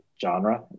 genre